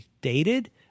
dated